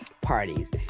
parties